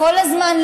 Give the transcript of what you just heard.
כל הזמן,